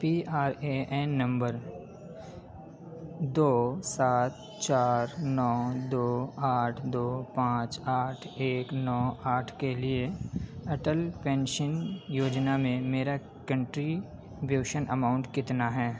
P R A N نمبر دو سات چار نو دو آٹھ دو پانچ آٹھ ایک نو آٹھ کے لیے اٹل پنشن یوجنا میں میرا کنٹریبیوشن اماؤنٹ کتنا ہے